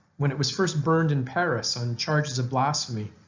when it was first burned in paris on charges of blasphemy,